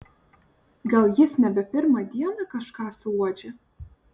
gal jis nebe pirmą dieną kažką suuodžia